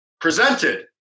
presented